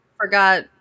forgot